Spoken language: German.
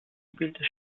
spielte